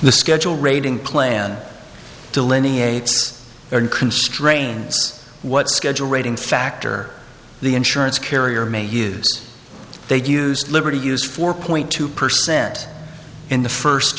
the schedule rating plan delineates or in constraints what schedule rating factor the insurance carrier may use they've used liberty use four point two percent in the first